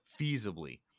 feasibly